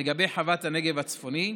לגבי חוות הנגב הצפוני,